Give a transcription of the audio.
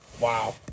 Wow